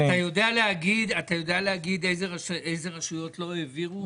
--- אתה יודע להגיד איזה רשויות לא העבירו